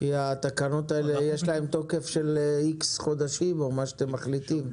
כי התקנות האלה יש להן תוקף של X חודשים או מה שאתם מחליטים.